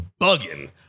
bugging